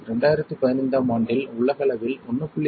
2015 ஆம் ஆண்டில் உலகளவில் 1